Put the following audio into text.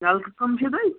نَلکہٕ کٕم چھُو تۄہہِ